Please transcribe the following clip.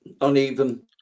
uneven